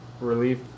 relief